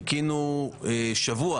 שבוע